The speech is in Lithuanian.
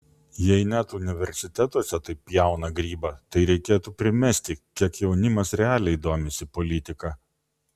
jei net universitetuose taip pjauna grybą tai reikėtų primesti kiek jaunimas realiai domisi politika